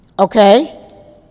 okay